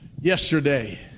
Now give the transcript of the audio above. Yesterday